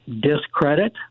discredit